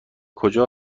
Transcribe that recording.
کجا